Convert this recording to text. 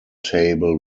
table